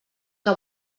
que